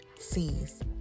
sees